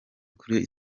kuri